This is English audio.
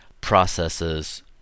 processes